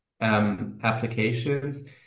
applications